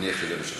מניח שזה מה שרצית.